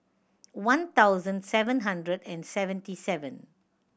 one thousand seven hundred and seventy seven